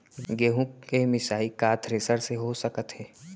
गेहूँ के मिसाई का थ्रेसर से हो सकत हे?